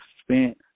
spent –